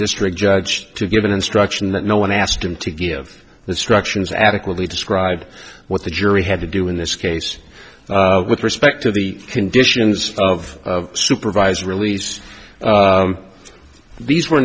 district judge to give an instruction that no one asked him to give the structures adequately describe what the jury had to do in this case with respect to the conditions of supervised release these were